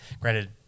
granted